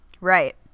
Right